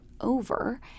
over